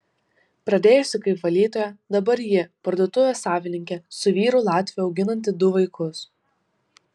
pradėjusi kaip valytoja dabar ji parduotuvės savininkė su vyru latviu auginanti du vaikus